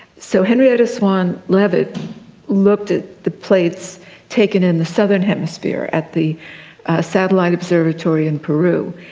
so henrietta swan leavitt looked at the plates taken in the southern hemisphere, at the satellite observatory in peru,